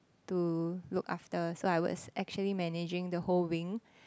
to look after so I was actually managing the whole wing